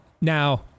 Now